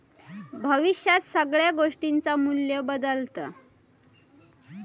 भविष्यात सगळ्या गोष्टींचा मू्ल्य बदालता